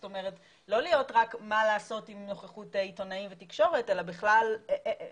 זאת אומרת לא רק מה לעשות עם נוכחות עיתונאים ותקשורת אלא בכלל לעשות